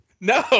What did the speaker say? No